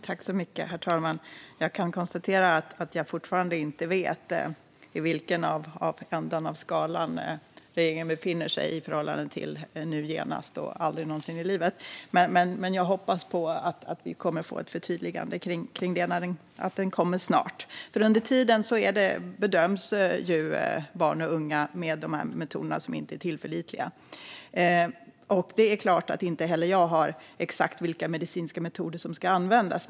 Herr talman! Jag konstaterar att jag fortfarande inte vet i vilken ände av skalan regeringen befinner sig, i förhållande till nu genast och aldrig någonsin i livet. Men jag hoppas att vi kommer att få ett förtydligande och att det kommer snart. Under tiden bedöms barn och unga med de här metoderna, som inte är tillförlitliga. Det är klart att inte heller jag vet exakt vilka medicinska metoder som ska användas.